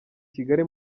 kigali